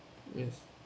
yes